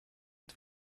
mit